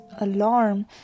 alarm